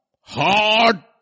hard